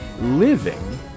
living